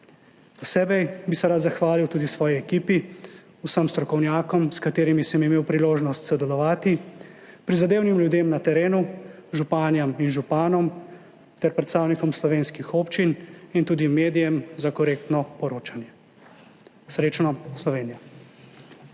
Posebej bi se rad zahvalil tudi svoji ekipi, vsem strokovnjakom, s katerimi sem imel priložnost sodelovati, prizadevnim ljudem na terenu, županjam in županom ter predstavnikom slovenskih občin in tudi medijem za korektno poročanje. Srečno, Slovenija!